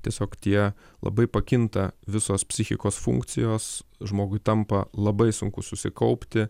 tiesiog tie labai pakinta visos psichikos funkcijos žmogui tampa labai sunku susikaupti